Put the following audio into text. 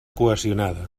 cohesionada